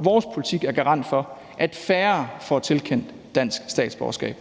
vores politik er garant for, at færre får tilkendt dansk statsborgerskab.